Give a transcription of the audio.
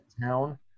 town